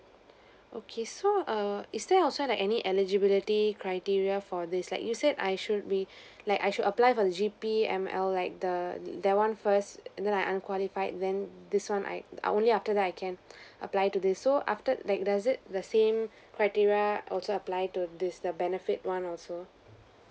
okay so err is there also like any eligibility criteria for this like you said I should be like I should apply for the G_P_M_L like the that one first then I unqualified then this one I'm err only after that I can apply to this so after like does it the same criteria also apply to this the benefit one also